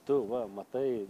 tu va matai